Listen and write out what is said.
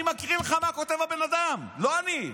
אני מקריא לך מה כותב הבן אדם, לא אני.